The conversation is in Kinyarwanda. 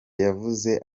yavuze